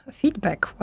feedback